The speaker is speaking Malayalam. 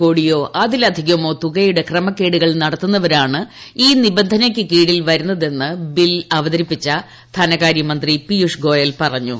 കോടിയോ അതിലധികമോപ്പ നുറു തുക്യുടെ ക്രമക്കേടുകൾ നടത്തുന്നവരാണ് ഈ നിബന്ധനയ്ക്കു ്കീഴിൽ വരുന്നതെന്ന് ബിൽ അവതരിപ്പിച്ച ധനകാര്യമന്ത്രി പിയുഷ്ട് ഗോയൽ പറഞ്ഞു